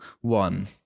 one